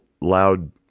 loud